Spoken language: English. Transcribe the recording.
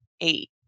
eight